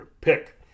pick